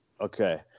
Okay